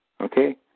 Okay